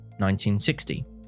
1960